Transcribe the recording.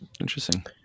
Interesting